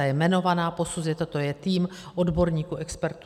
Ta je jmenovaná, posuzuje to, to je tým odborníků, expertů.